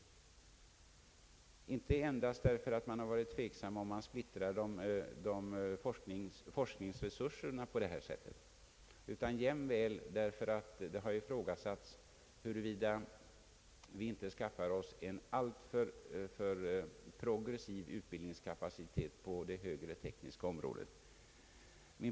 Orsaken är inte bara en viss oro för att man på detta sätt splittrar forskningsresurserna, utan det har också ifrågasatts, huruvida vi inte håller på att skaffa oss en alltför progressiv utbildningsorganisation på det högre tekniska området.